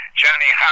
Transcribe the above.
Johnny